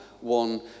one